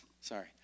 Sorry